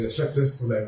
successful